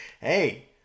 Hey